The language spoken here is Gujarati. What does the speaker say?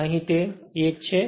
અને અહીં તે 1 છે